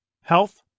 health